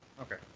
Okay